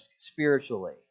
spiritually